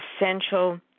essential